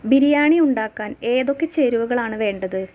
ബിരിയാണി ഉണ്ടാക്കാൻ ഏതൊക്കെ ചേരുവകളാണ് വേണ്ടത്